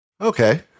Okay